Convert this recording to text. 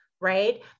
right